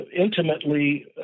intimately